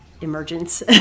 Emergence